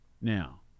Now